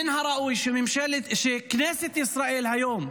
מן הראוי שכנסת ישראל היום,